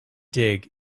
dig